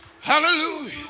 Hallelujah